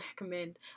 recommend